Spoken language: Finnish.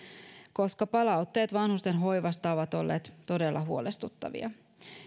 koska palautteet vanhusten hoivasta ovat olleet todella huolestuttavia